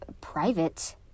private